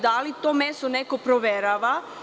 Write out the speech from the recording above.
Da li to meso neko proverava?